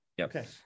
Okay